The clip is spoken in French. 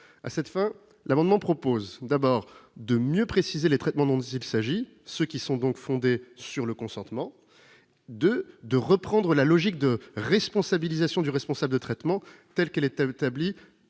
À cette fin, l'amendement vise d'abord à mieux préciser les traitements dont il s'agit, ceux qui sont donc fondés sur le consentement, et ensuite à reprendre la logique de responsabilisation du responsable de traitement, telle qu'elle est établie